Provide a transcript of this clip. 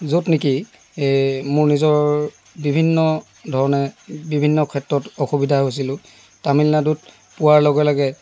য'ত নেকি মোৰ নিজৰ বিভিন্ন ধৰণে বিভিন্ন ক্ষেত্ৰত অসুবিধা হৈছিলোঁ তামিলনাডুত পোৱাৰ লগে লগে